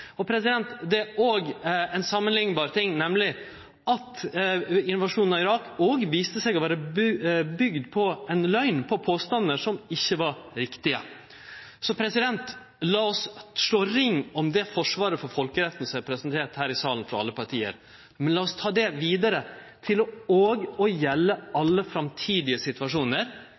Det er òg ein samanliknbar ting, nemleg at invasjonen av Irak viste seg å vere bygd på ei løgn – på påstandar som ikkje var riktige. La oss slå ring om det forsvaret for folkeretten som er presentert her i salen frå alle parti, men la oss ta det vidare til òg å gjelde alle framtidige situasjonar,